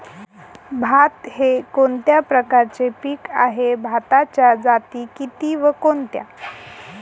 भात हे कोणत्या प्रकारचे पीक आहे? भाताच्या जाती किती व कोणत्या?